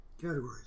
categories